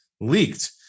leaked